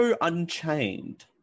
Unchained